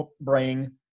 bring